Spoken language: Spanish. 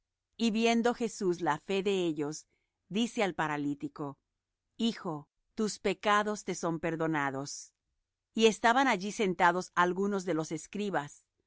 y viendo jesús la fe de ellos dice al paralítico hijo tus pecados te son perdonados y estaban allí sentados algunos de los escribas